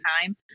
time